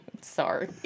sorry